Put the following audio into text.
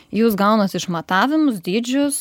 jūs gaunat išmatavimus dydžius